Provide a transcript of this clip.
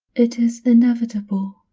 it is inevitable.